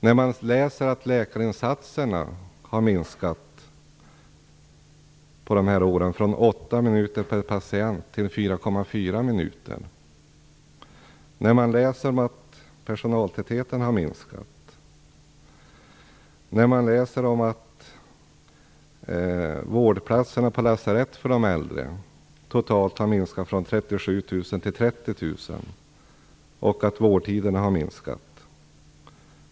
Man kan läsa att läkarinsatserna har minskat under samma tidsperiod från 8 minuter till 4,4 minuter per patient, att personaltätheten har minskat, att vårdplatserna på lasarett för de äldre totalt har minskat från 37 000 till 30 000 och att vårdtiderna har minskat.